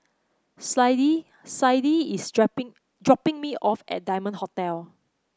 Clydie Clydie is dropping me off at Diamond Hotel